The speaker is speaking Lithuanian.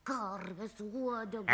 karvės uodegą